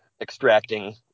extracting